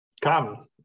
come